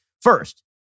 First